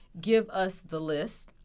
giveusthelist